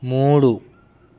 మూడు